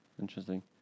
Interesting